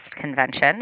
Convention